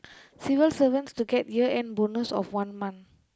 civil servants to get year end bonus of one month